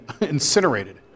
incinerated